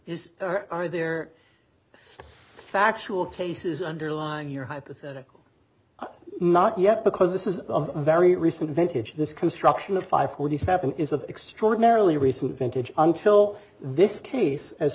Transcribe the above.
this are there factual cases underline your hypothetical not yet because this is a very recent vintage this construction of five forty seven is of extraordinarily recent vintage until this case as